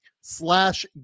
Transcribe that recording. slash